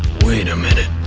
wait a minute,